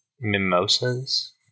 mimosas